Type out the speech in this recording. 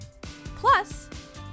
Plus